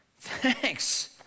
thanks